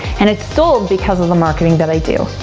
and it sold because of the marketing that i do.